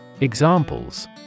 Examples